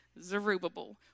Zerubbabel